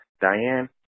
Diane